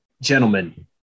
Gentlemen